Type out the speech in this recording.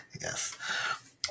Yes